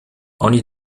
oni